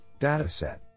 dataset